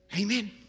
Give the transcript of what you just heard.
Amen